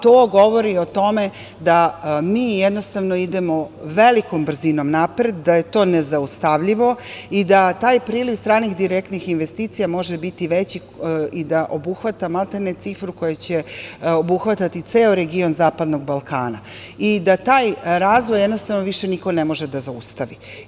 To govori o tome da mi jednostavno, idemo velikom brzinom napred, da je to nezaustavljivo i da taj priliv stranih direktnih investicija može biti veći i da obuhvata, maltene cifru koja će obuhvatati ceo region zapadnog Balkana i da taj razvoj jednostavno, više niko ne može da zaustavi.